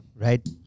right